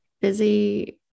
busy